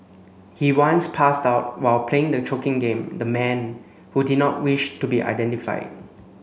he once passed out while playing the choking game the man who did not wish to be identified